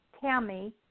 Tammy